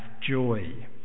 joy